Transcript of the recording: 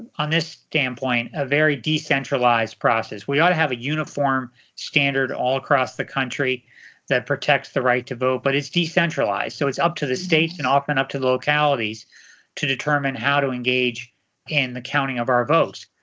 on this standpoint, a very decentralized process. we ought to have a uniform standard all across the country that protects the right to vote. but it's decentralized. so it's up to the states and often up to localities to determine how to engage in the counting of our votes.